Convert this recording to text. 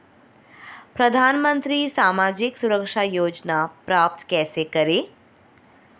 प्रधानमंत्री सामाजिक सुरक्षा योजना प्राप्त कैसे करें?